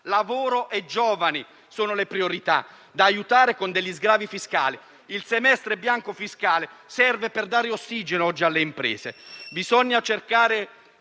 lavoro e giovani sono le priorità da aiutare con degli sgravi fiscali. Il semestre bianco fiscale serve per dare ossigeno alle imprese. Bisogna cercare